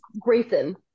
grayson